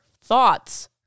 thoughts